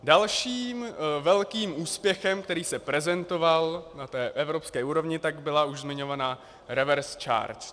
Dalším velkým úspěchem, který se prezentoval na evropské úrovni, byla už zmiňovaná reverse charge.